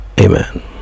amen